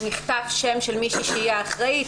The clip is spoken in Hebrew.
נכתב שם של מישהי שהיא האחראית,